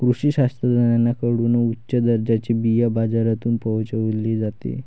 कृषी शास्त्रज्ञांकडून उच्च दर्जाचे बिया बाजारात पोहोचवले जाते